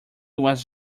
was